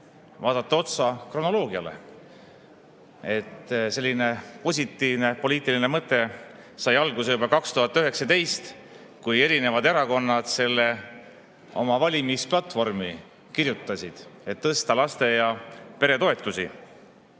vaadata otsa kronoloogiale. Selline positiivne poliitiline mõte sai alguse juba 2019, kui erinevad erakonnad kirjutasid oma valimisplatvormi, et tuleb tõsta laste‑ ja peretoetusi.